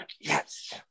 Yes